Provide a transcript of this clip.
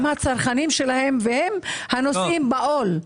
הם הצרכנים שלהם והם הנושאים בעול.